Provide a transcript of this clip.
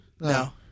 No